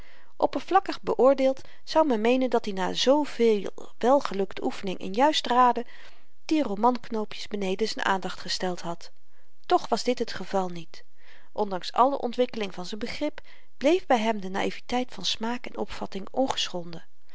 oppervlakkig beoordeeld zou men meenen dat-i na zveel welgelukte oefening in juistraden die romanknoopjes beneden z'n aandacht gesteld had toch was dit het geval niet ondanks alle ontwikkeling van z'n begrip bleef by hem de naïveteit van smaak en opvatting ongeschonden